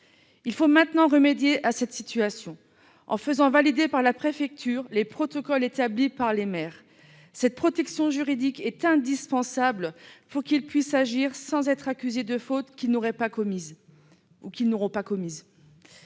Il faut maintenant remédier à cette situation en faisant valider par la préfecture les protocoles établis par les maires. Cette protection juridique est indispensable pour qu'ils puissent agir sans être accusés de fautes qu'ils n'auraient, qu'ils